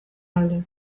alde